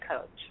coach